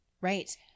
right